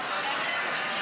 אדוני.